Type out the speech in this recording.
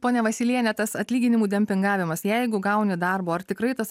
ponia vasyliene tas atlyginimų dempingavimas jeigu gauni darbo ar tikrai tas